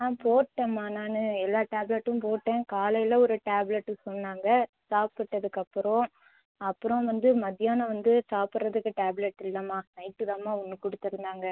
ஆ போட்டேன்மா நான் எல்லா டேப்லெட்டும் போட்டேன் காலையில் ஒரு டேப்லெட்டு சொன்னாங்க சாப்பிட்றதுக்கு அப்புறம் அப்றம் வந்து மத்தியானம் வந்து சாப்பிர்றத்துக்கு டேப்லெட் இல்லைமா நைட் தான்மா ஒன்று கொடுத்துருந்தாங்க